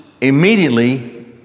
Immediately